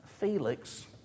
Felix